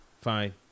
Fine